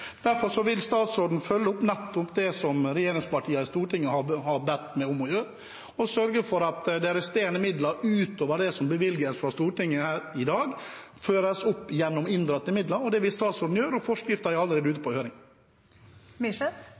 Derfor vil statsråden følge opp det regjeringspartiene i Stortinget har bedt meg om å gjøre, og sørge for at de resterende midlene utover det som bevilges fra Stortinget i dag, føres opp gjennom inndratte midler. Det vil statsråden gjøre, og forskriften er allerede ute på